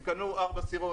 הם קנו ארבע סירות,